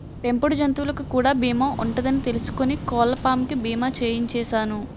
పెంపుడు జంతువులకు కూడా బీమా ఉంటదని తెలుసుకుని కోళ్ళపాం కి బీమా చేయించిసేను